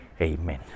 Amen